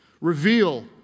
Reveal